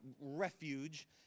refuge